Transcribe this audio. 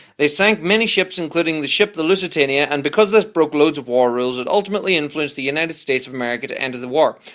they sank many ships including the ship the lusitania and because this broke loads of war rules, it ultimately influenced the united states of america to enter the war.